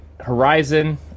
Horizon